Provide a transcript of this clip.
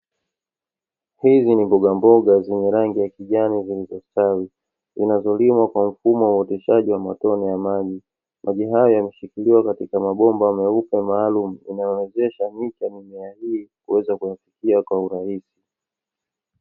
Hizi ni mbogamboga zenye rangi ya kijani zilizostawi zinazolimwa kwa mfumo wa uoteshaji wa matone ya maji. Maji hayo hushikiliwa katika mabomba meupe maalumu, yanayowezesha miche ya mimea hii kuweza kuyafikia kwa urahisi.